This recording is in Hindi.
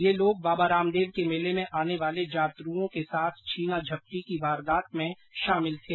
ये लोग बाबा रामदेव के मेले में आने वाले जातरूओं के साथ छीना झपटी की वारदात में शामिल थे